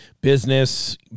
business